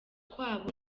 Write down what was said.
kwabo